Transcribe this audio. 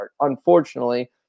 Unfortunately